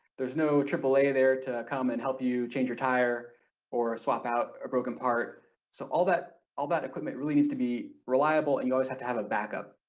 there's no aaa there to come and help you change your tire or swap out a broken part so all that all that equipment really needs to be reliable and you always have to have a backup.